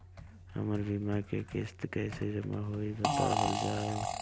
हमर बीमा के किस्त कइसे जमा होई बतावल जाओ?